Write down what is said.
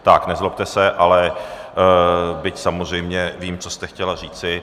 Tak, nezlobte se, ale... byť samozřejmě vím, co jste chtěla říci.